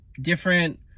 different